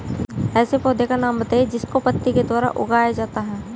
ऐसे पौधे का नाम बताइए जिसको पत्ती के द्वारा उगाया जाता है